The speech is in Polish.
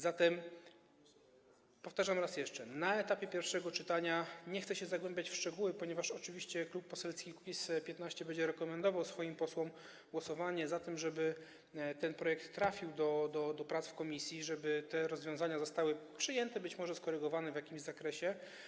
Zatem, powtarzam raz jeszcze: na etapie pierwszego czytania nie chcę się zagłębiać w szczegóły, ponieważ oczywiście klub poselski Kukiz’15 będzie rekomendował swoim posłom głosowanie za tym, żeby ten projekt trafił do prac w komisji, żeby te rozwiązania zostały przyjęte, być może skorygowane w jakimś zakresie.